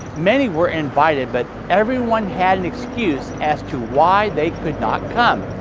many were invited, but everyone had an excuse as to why they could not come.